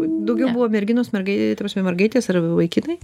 daugiau buvo merginos mergai ta prasme mergaitės ar vaikinai